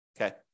okay